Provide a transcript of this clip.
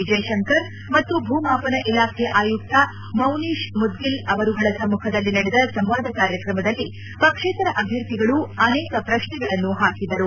ವಿಜಯಶಂಕರ್ ಮತ್ತು ಭೂ ಮಾಪನ ಇಲಾಖೆ ಆಯುಕ್ತ ಮೌನೀಷ್ ಮುದ್ಗಿಲ್ ಅವರುಗಳ ಸಮ್ಮಖದಲ್ಲಿ ನಡೆದ ಸಂವಾದ ಕಾರ್ಯಕ್ರಮದಲ್ಲಿ ಪಕ್ಷೇತರ ಅಭ್ಯರ್ಥಿಗಳು ಅನೇಕ ಪ್ರಶ್ನೆಗಳನ್ನು ಹಾಕಿದರು